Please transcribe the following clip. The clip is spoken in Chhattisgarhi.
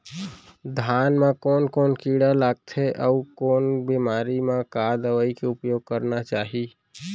धान म कोन कोन कीड़ा लगथे अऊ कोन बेमारी म का दवई के उपयोग करना चाही?